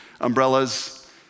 umbrellas